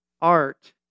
art